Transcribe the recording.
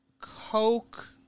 Coke